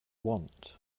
want